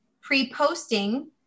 pre-posting